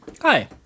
Hi